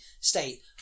state